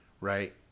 right